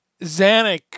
Zanuck